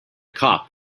cop